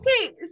okay